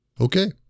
Okay